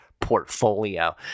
portfolio